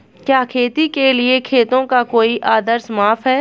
क्या खेती के लिए खेतों का कोई आदर्श माप है?